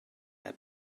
der